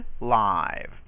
live